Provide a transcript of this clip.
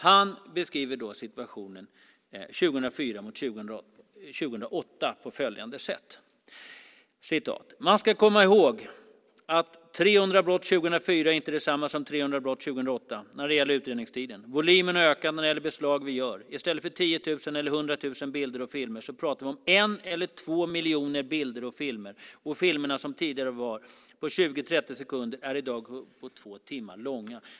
Han beskriver situationen 2004 vid en jämförelse med 2008 på följande sätt: "Man ska komma ihåg att 300 brott 2004 inte är detsamma som 300 brott 2008, när det gäller utredningstiden. Volymerna har ökat när det gäller de beslag vi gör. I stället för 10 000 eller 100 000 bilder och filmer så pratar vi om en eller två miljoner bilder och filmer och filmerna som tidigare var på 20-30 sekunder är i dag uppemot två timmar långa."